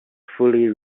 fully